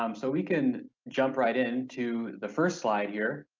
um so we can jump right in to the first slide here,